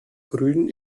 grün